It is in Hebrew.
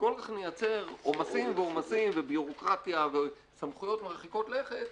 וכל כך נייצר עומסים וביורוקרטיה וסמכויות מרחיקות לכת,